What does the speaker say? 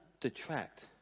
detract